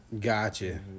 Gotcha